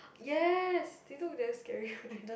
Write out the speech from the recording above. yes they look damn scary